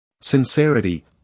Sincerity